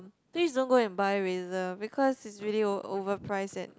please don't go and buy Razer because is really o~ overpriced at